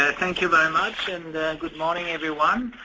ah thank you very much and good morning everyone.